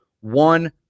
one